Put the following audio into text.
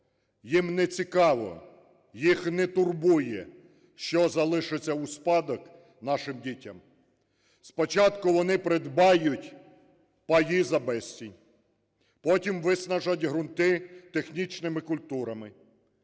Їм нецікаво, їх не турбує, що залишиться у спадок нашим дітям. Спочатку вони придбають паї за безцінь, потім виснажать ґрунти технічними культурами,